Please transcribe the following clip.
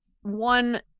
one